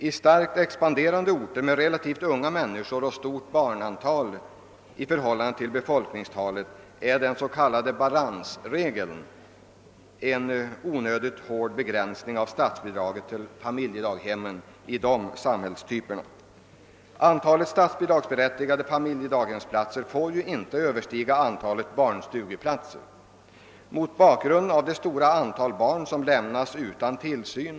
I starkt expanderande orter med relativt unga människor och ett stort antal barn i förhållande till folkmängden utgör den s.k. bhalansregeln en onödigt hård begränsning av statsbidraget till familjedaghem. Antalet statsbidragsberättigade familjedaghemsplatser får ju inte överstiga antalet barnstugeplatser. Ett stort antal barn lämnas nu utan tillsyn.